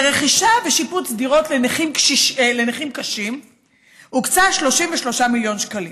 לרכישה ושיפוץ של דירות לנכים קשים הוקצו 33 מיליון שקלים.